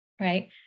right